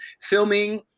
filming